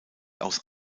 aus